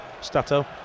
Stato